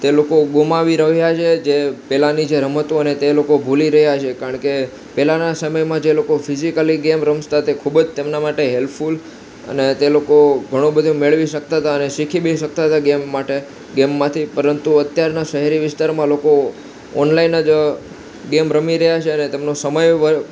તે લોકો ગુમાવી રહ્યા છે જે પહેલાંની જે રમતો અને તે લોકો ભુલી રહ્યા છે કારણ કે પહેલાંના સમયમાં જે લોકો ફિઝિકલી ગેમ રમતા તે ખૂબ જ તેમના માટે હેલ્પફૂલ અને તે લોકો ઘણું બધુ મેળવી શકતા તા અને શીખી બી શકતા તા ગેમ માટે ગેમમાંથી પરંતુ અત્યારના શહેરી વિસ્તારમાં લોકો ઓનલાઈન જ ગેમ રમી રહ્યા છે અને તેમનો સમય